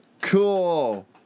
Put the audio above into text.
Cool